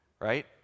Right